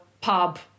pub